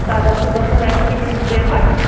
ਤੁਹਾਡਾ ਅਕਤੂਬਰ ਤੋਂ ਲੈ ਕੇ ਕਿੰਨੇ ਦੇਰ ਤੱਕ